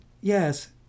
yes